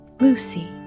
Lucy